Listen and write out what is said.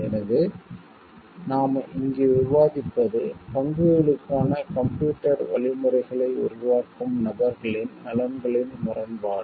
எனவே நாம் இங்கு விவாதிப்பது பங்குகளுக்கான கம்ப்யூட்டர் வழிமுறைகளை உருவாக்கும் நபர்களின் நலன்களின் முரண்பாடு